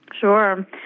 Sure